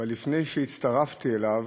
אבל לפני שהצטרפתי אליו